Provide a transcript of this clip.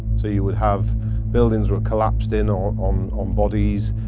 so you would have buildings were collapsed in on on um bodies,